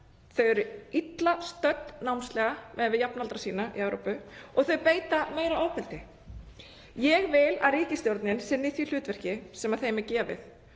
þau eru illa stödd námslega miðað við jafnaldra sína í Evrópu og þau beita meira ofbeldi. Ég vil að ríkisstjórnin sinni því hlutverki sem henni er gefið